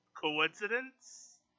Coincidence